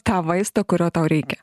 tą vaistą kurio tau reikia